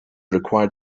required